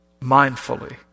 Mindfully